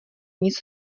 nic